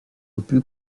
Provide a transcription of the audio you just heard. opus